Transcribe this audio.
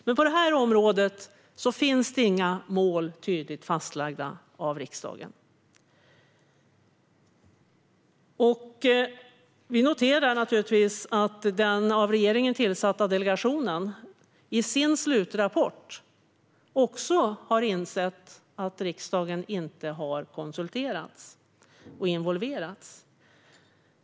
Men på det här området finns inga tydligt fastlagda mål av riksdagen. Vi noterar att den av regeringen tillsatta delegationen i sin slutrapport också har insett att riksdagen inte har konsulterats och involverats.